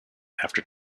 after